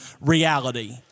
reality